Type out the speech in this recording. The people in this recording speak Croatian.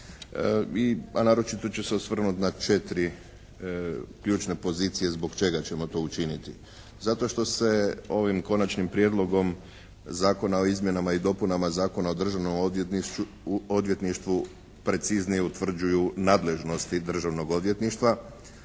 a naročito ću se osvrnuti na četiri ključne pozicije zbog čega ćemo to učiniti. Zato što se ovim Konačnim prijedlogom zakona o izmjenama i dopunama Zakona o državnom odvjetništvu preciznije utvrđuju nadležnosti državnog odvjetništva